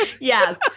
Yes